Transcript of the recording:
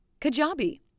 Kajabi